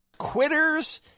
Quitters